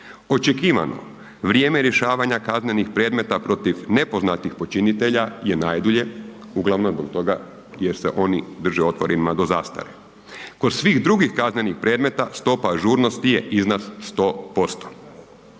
Očekivano vrijeme rješavanja kaznenih predmeta protiv nepoznatih počinitelja je najdulje uglavnom zbog toga jer se oni drže otvorenima do zastare. Kod svih drugih kaznenih predmeta stopa ažurnosti je iznad 100%,